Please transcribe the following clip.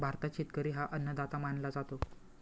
भारतात शेतकरी हा अन्नदाता मानला जातो